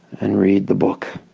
and read the book,